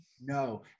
No